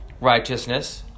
righteousness